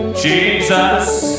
Jesus